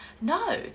No